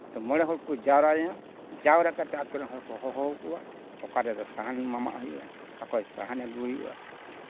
ᱛᱚ ᱢᱚᱬᱮ ᱦᱚᱲ ᱠᱚ ᱡᱟᱣᱨᱟ ᱭᱮᱱᱟ ᱡᱟᱣᱨᱟ ᱠᱟᱛᱮᱫ ᱟᱹᱛᱩᱨᱮᱱ ᱦᱚᱲ ᱠᱚ ᱦᱚᱦᱚ ᱟᱠᱚᱣᱟ ᱚᱠᱟᱨᱮ ᱥᱟᱦᱟᱱ ᱢᱟᱢᱟᱜ ᱦᱩᱭᱩᱜᱼᱟ ᱚᱠᱟ ᱠᱷᱚᱱ ᱥᱟᱦᱟᱱ ᱟᱹᱜᱩ ᱦᱩᱭᱩᱜᱼᱟ